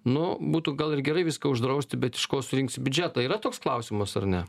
nu būtų gal ir gerai viską uždrausti bet iš ko surinksi biudžetą yra toks klausimas ar ne